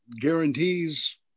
guarantees